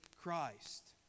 Christ